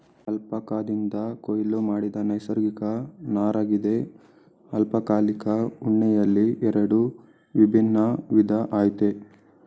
ಅಲ್ಪಕಾದಿಂದ ಕೊಯ್ಲು ಮಾಡಿದ ನೈಸರ್ಗಿಕ ನಾರಗಿದೆ ಅಲ್ಪಕಾಲಿಕ ಉಣ್ಣೆಯಲ್ಲಿ ಎರಡು ವಿಭಿನ್ನ ವಿಧ ಆಯ್ತೆ